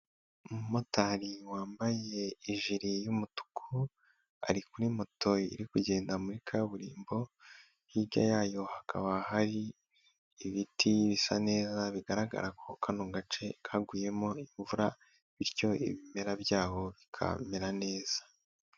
Umumotari wambaye ijuri y'umutuku, ari kuri moto iri kugenda muri kaburimbo, hirya yayo hakaba hari ibiti bisa neza, bigaragara ko kano gace kaguyemo imvura, bityo ibimera by'aho bikamera neza.